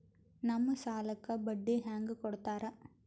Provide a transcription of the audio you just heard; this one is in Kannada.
ನಮ್ ಸಾಲಕ್ ಬಡ್ಡಿ ಹ್ಯಾಂಗ ಕೊಡ್ತಾರ?